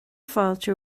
fáilte